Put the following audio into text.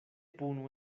punu